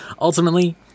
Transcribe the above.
ultimately